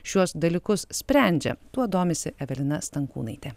šiuos dalykus sprendžia tuo domisi evelina stankūnaitė